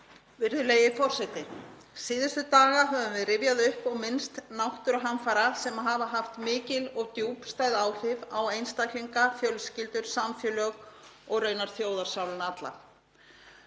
Virðulegi forseti. Síðustu daga höfum við rifjað upp og minnst náttúruhamfara sem hafa haft mikil og djúpstæð áhrif á einstaklinga, fjölskyldur, samfélög og raunar þjóðarsálina alla.